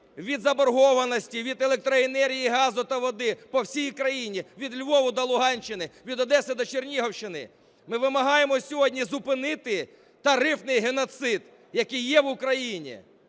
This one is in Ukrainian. від заборгованості по електроенергії, газу та води по всій країні від Львову до Луганщини, від Одеси до Чернігівщини. Ми вимагаємо сьогодні зупинити тарифний геноцид, який є в Україні.